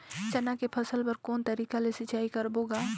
चना के फसल बर कोन तरीका ले सिंचाई करबो गा?